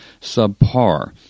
subpar